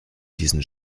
diesen